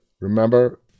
remember